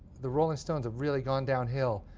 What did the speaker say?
the rolling stones have really gone downhill.